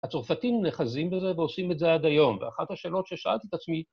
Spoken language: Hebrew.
הצרפתים נחזים בזה ועושים את זה עד היום, ואחת השאלות ששאלתי את עצמי...